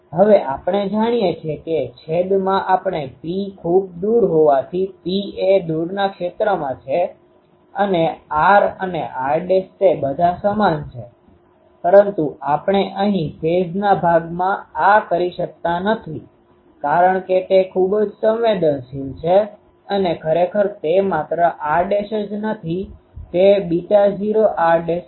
હવે આપણે જાણીએ છીએ કે છેદમાં આપણે P ખૂબ દૂર હોવાથી P એ દૂરના ક્ષેત્રમાં છે અને r અને r' તે બધા સમાન છે પરંતુ આપણે અહીં ફેઝphaseબાજુના ભાગમાં આ કરી શકતા નથી કારણ કે તે ખૂબ જ સંવેદનશીલ છે અને ખરેખર તે માત્ર r' જ નથી તે β૦r' છે